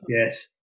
Yes